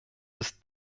ist